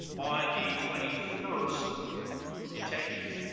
on the twenty first you techies